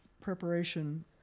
preparation